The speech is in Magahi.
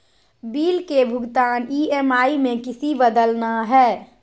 बिल के भुगतान ई.एम.आई में किसी बदलना है?